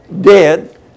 dead